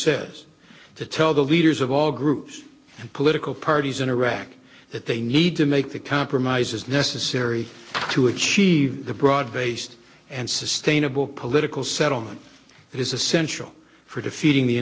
says to tell the leaders of all groups and political parties in iraq that they need to make the compromises necessary to achieve the broad based and sustainable political settlement that is essential for defeating the